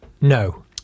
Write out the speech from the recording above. no